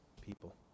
people